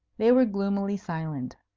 they were gloomily silent.